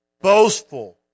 boastful